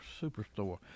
superstore